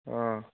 অঁ